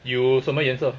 you 什么颜色